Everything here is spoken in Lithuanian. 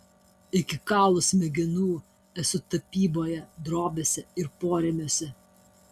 iki kaulų smegenų esu tapyboje drobėse ir porėmiuose